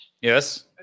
Yes